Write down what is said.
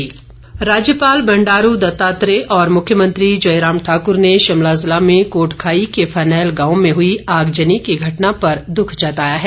आग राज्यपाल बंडारू दत्तात्रेय और मुख्यमंत्री जयराम ठाकुर ने शिमला ज़िला में कोटखाई के फनैल गांव में हुई आगजनी की घटना पर दुख जताया है